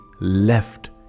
left